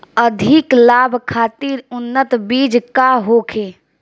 अधिक लाभ खातिर उन्नत बीज का होखे?